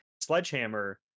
Sledgehammer